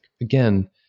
Again